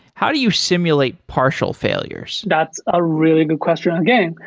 how do you simulate partial failures? that's a really good question. again,